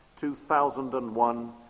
2001